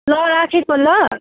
ल राखेको ल